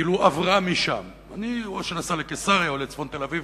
עברה משם, או שנסעה לקיסריה או לצפון תל-אביב,